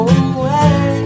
away